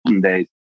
days